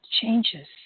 changes